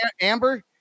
Amber